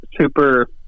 super